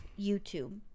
YouTube